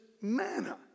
manna